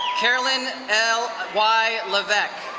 carolyn l. y. laveck.